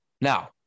Now